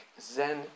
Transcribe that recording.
Zen